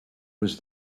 was